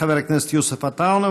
חבר הכנסת יוסף עטאונה,